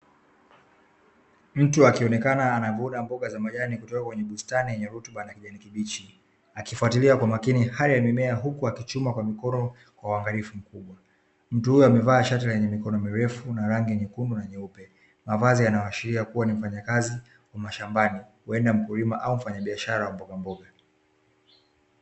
Mtu akionekana navuna mboga za majani kutoka kwenye bustani yenye rutuba na kijni kibichi akifatilia kwa umakini hali ya mimea huku akichuma kwa mikono kwa uangalifu mkubwa. Mtu huyu amevaa shati lenye mikono mirefu la rangi nyekundu na meupe, mavazi yanaashiria kuwa ni mfanyakazi wa mashambani huenda ni mkulima au mfanyabiashara wa mbogamboga.